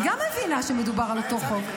היא גם מבינה שמדובר על אותו חוק.